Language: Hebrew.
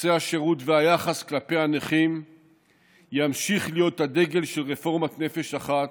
והיחס כלפי הנכים ימשיך להיות הדגל של רפורמת "נפש אחת",